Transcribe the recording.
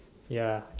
ya